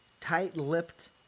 tight-lipped